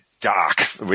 dark